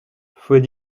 faut